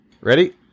Ready